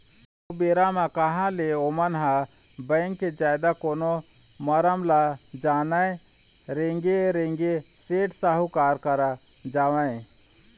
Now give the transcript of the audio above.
ओ बेरा म कहाँ ले ओमन ह बेंक के जादा कोनो मरम ल जानय रेंगे रेंगे सेठ साहूकार करा जावय